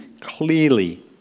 clearly